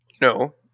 no